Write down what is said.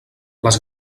les